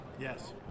Yes